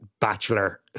Bachelor